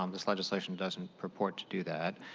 um this legislation doesn't purport to do that.